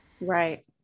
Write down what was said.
right